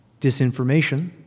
disinformation